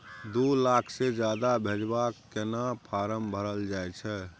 दू लाख से ज्यादा भेजबाक केना फारम भरल जाए छै?